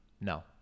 No